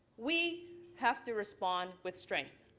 we have to respond with strength